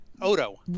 Odo